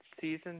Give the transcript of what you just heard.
Season